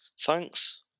thanks